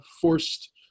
forced